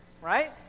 right